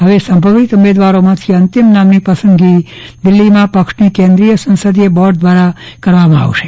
હવે સંભવિત ઉમેદવારોમાંથી અંતિમ નામની પસંદગી દિલ્હીમાં પક્ષની કેન્દ્રિય સંસદિય બોર્ડ દ્વારા કરવામાં આવશે